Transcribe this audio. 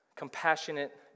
compassionate